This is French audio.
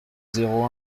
zéro